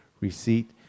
receipt